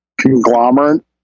conglomerate